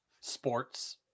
Sports